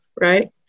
right